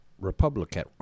Republican